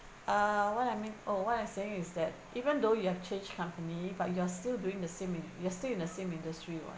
uh what I mean oh what I'm saying is that even though you have changed company but you are still doing the same ind~ you are still in the same industry [what]